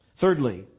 Thirdly